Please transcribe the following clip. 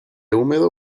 húmedo